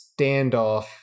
standoff